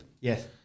yes